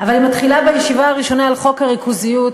אבל אני מתחילה בישיבה הראשונה על חוק הריכוזיות.